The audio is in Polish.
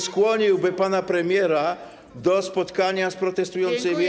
skłoniłby pana premiera do spotkania z protestującymi.